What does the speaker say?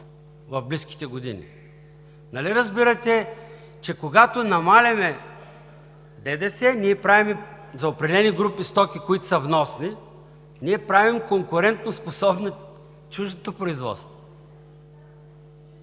в близките години. Нали разбирате, че, когато намаляваме ДДС, за определени групи стоки, които са вносни, ние правим конкурентоспособно чуждото производство?!